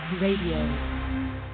Radio